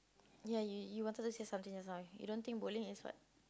ya you you wanted to say something just now you don't think bowling is what